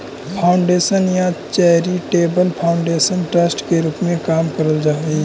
foundation या charitable foundation trust के रूप में काम करऽ हई